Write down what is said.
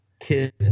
Kids